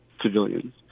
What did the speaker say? civilians